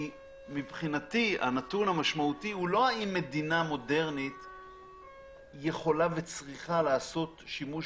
מבחינתי הנתון המשמעותי הוא לא האם מדינה צריכה לעשות שימוש